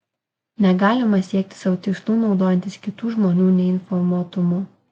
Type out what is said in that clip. negalima siekti savo tikslų naudojantis kitų žmonių neinformuotumu